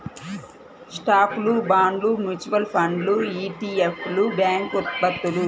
స్టాక్లు, బాండ్లు, మ్యూచువల్ ఫండ్లు ఇ.టి.ఎఫ్లు, బ్యాంక్ ఉత్పత్తులు